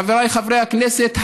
חבריי חברי הכנסת,